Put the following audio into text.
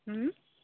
ও